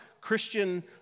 Christian